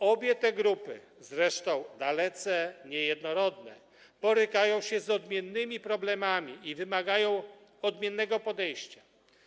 Obie te grupy, zresztą dalece niejednorodne, borykają się z odmiennymi problemami i wymagają odmiennego podejścia.